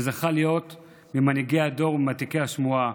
שזכה להיות ממנהיגי הדור וממעתיקי השמועה,